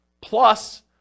plus